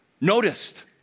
noticed